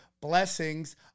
blessings